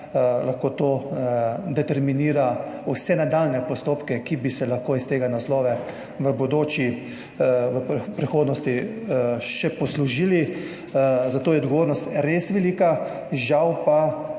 lahko to determinira vse nadaljnje postopke, ki bi se jih lahko iz tega naslova v prihodnosti še poslužili, zato je odgovornost res velika. Žal pa